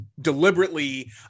deliberately